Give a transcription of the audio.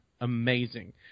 amazing